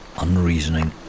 unreasoning